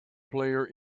player